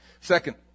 Second